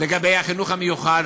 לגבי החינוך המיוחד,